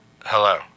Hello